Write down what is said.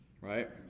right